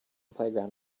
playground